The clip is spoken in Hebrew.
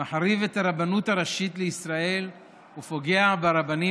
הוא מחריב את הרבנות הראשית לישראל ופוגע ברבנים